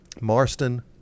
Marston